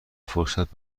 فرصت